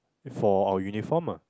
for our uniform ah